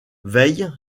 veille